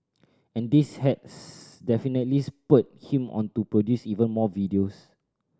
and this has definitely spurred him on to produce even more videos